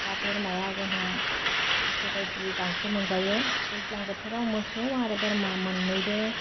बा बोरमाया जोंहा गोसो बायदि गांसो मोनजायो दैज्लां बोथोराव मोसौ आरो बोरमा मोननैबो